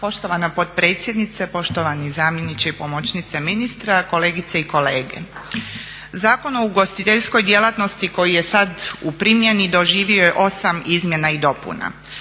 Poštovana potpredsjednice, poštovani zamjeniče i pomoćnice ministra, kolegice i kolege. Zakon o ugostiteljskoj djelatnosti koji je sad u primjeni doživio je 8 izmjena i dopuna,